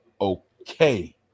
okay